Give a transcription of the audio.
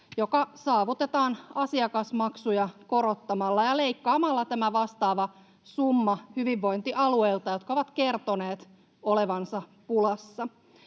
joka saavutetaan asiakasmaksuja korottamalla ja leikkaamalla tämä vastaava summa hyvinvointialueilta, jotka ovat kertoneet olevansa pulassa.